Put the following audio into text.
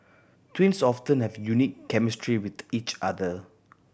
twins often have a unique chemistry with each other